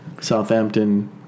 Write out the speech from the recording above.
Southampton